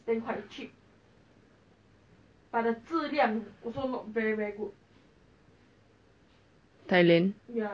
cause COVID COVID where you wanna go